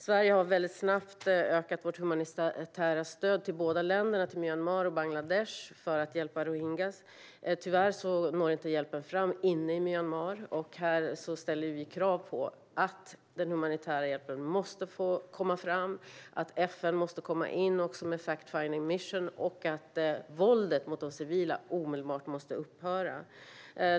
Sverige har snabbt ökat sitt humanitära stöd till både Burma Myanmar. Nu ställer vi krav på att den humanitära hjälpen måste få komma fram, att FN måste få komma in med en fact-finding mission och att våldet mot de civila omedelbart måste upphöra.